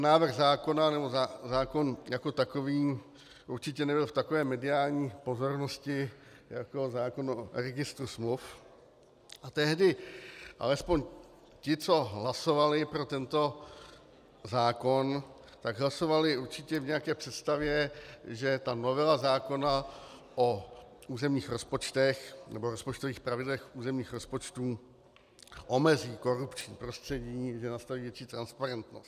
Návrh zákona, nebo zákon jako takový určitě nebyl v takové mediální pozornosti jako zákon o Registru smluv, a tehdy alespoň ti, co hlasovali pro tento zákon, tak hlasovali určitě v nějaké představě, že ta novela zákona o územních rozpočtech nebo rozpočtových pravidlech územních rozpočtů omezí korupční prostředí, nastaví větší transparentnost.